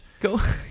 go